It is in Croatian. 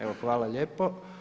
Evo hvala lijepo.